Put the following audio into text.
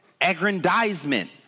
Aggrandizement